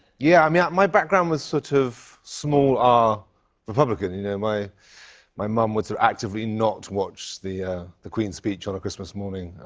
yeah. i mean, my background was sort of small-r ah republican. you know my my mum would so actively not watch the the queen's speech on a christmas morning.